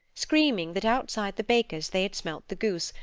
screaming that outside the baker's they had smelt the goose,